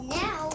now